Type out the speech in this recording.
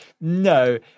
No